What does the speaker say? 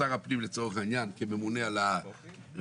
שר הפנים לצורך העניין כממונה על הרגולציה,